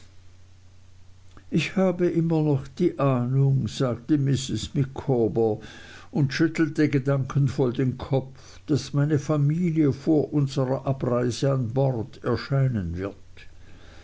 ich habe immer noch die ahnung sagte mrs micawber und schüttelte gedankenvoll den kopf daß meine familie vor unserer abreise an bord erscheinen wird